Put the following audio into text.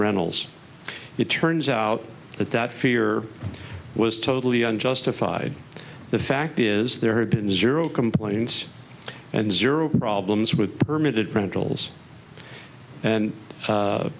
rentals it turns out that that fear was totally unjustified the fact is there have been zero complaints and zero problems with the permitted rentals and